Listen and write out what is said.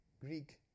Greek